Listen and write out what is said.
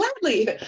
gladly